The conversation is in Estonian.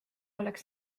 oleks